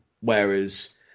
Whereas